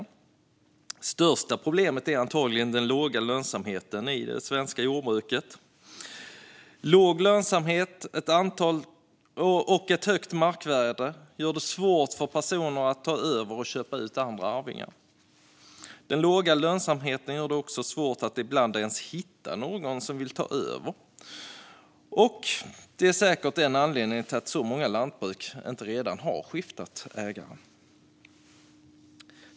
Det största problemet är antagligen den låga lönsamheten i det svenska jordbruket. Låg lönsamhet och ett högt markvärde gör det svårt för personer att ta över och köpa ut andra arvingar. Den låga lönsamheten gör det också ibland svårt att ens hitta någon som vill ta över, och det är säkert en anledning till att så många lantbruk inte skiftat ägare redan.